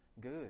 good